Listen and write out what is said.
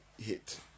hit